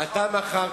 אתה מכרת.